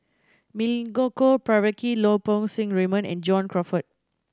Milenko Prvacki Lau Poo Seng Raymond and John Crawfurd